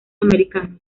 americano